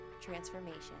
transformation